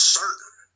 certain